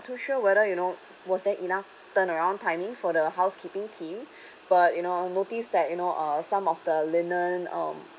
too sure whether you know was there enough turnaround timing for the housekeeping team but you know I noticed that you know uh some of the linen um